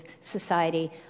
society